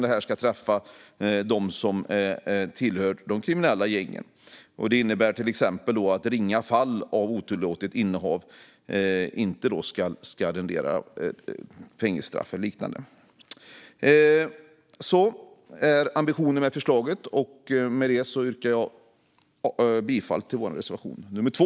Det här ska träffa dem som tillhör de kriminella gängen. Det innebär till exempel att ringa fall av otillåtet innehav inte ska rendera fängelsestraff eller liknande. Sådan är ambitionen med förslaget. Med detta yrkar jag bifall till vår reservation nummer 2.